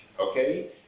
okay